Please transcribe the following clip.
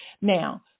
Now